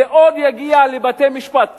זה עוד יגיע לבתי-משפט.